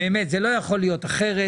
באמת, זה לא יכול להיות אחרת.